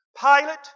Pilate